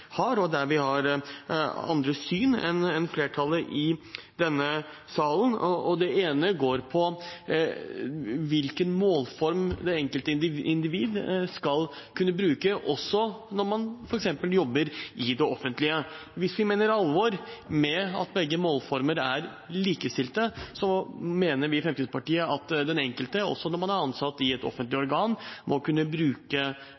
har, og der vi har andre syn enn flertallet i denne salen. Det ene går på hvilken målform det enkelte individ skal kunne bruke også når man f.eks. jobber i det offentlige. Hvis vi mener alvor med at begge målformer er likestilte, mener vi i Fremskrittspartiet at den enkelte, også når man er ansatt i et offentlig organ, må kunne bruke